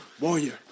warrior